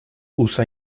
usa